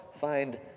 Find